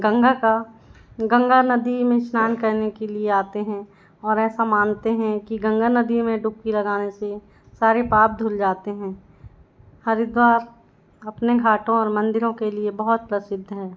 गंगा का गंगा नदी में स्नान करने के लिए आते हैं और ऐसा मानते हैं कि गंगा नदी में डुबकी लगाने से सारे पाप धुल जाते हैं हरिद्वार अपने घाटों और मंदिरों के लिए बहुत प्रसिद्ध है